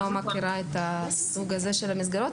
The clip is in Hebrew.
לא מכירה את הסוג הזה של המסגרות.